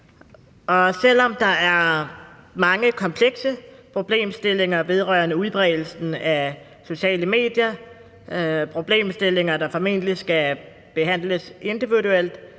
selv om der er mange komplekse problemstillinger vedrørende udbredelsen af sociale medier – problemstillinger, der formentlig skal behandles individuelt